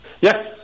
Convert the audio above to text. Yes